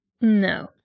No